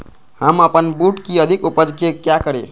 हम अपन बूट की अधिक उपज के क्या करे?